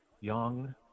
young